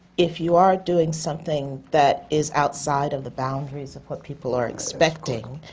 if you are doing something that is outside of the boundaries of what people are expecting,